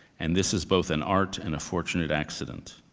and this is both an art and a fortunate accident.